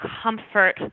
comfort